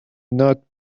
not